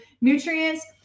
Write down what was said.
nutrients